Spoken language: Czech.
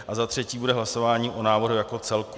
A za třetí bude hlasování o návrhu jako celku.